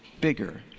bigger